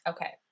Okay